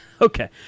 okay